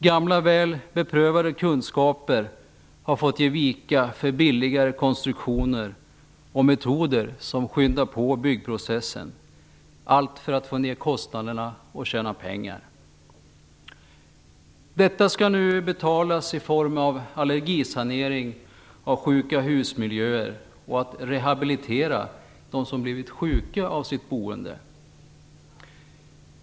Gamla väl beprövade kunskaper har fått ge vika för billigare konstruktioner och metoder som skyndar på byggprocessen - allt för att få ner kostnaderna och för att man skall tjäna pengar. Detta skall nu betalas i form av allergisanering av sjuka hus-miljöer och rehabilitering av dem som har blivit sjuka av sitt boende.